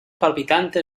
palpitante